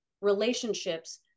relationships